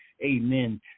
amen